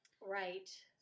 right